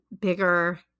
bigger